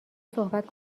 صحبت